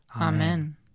Amen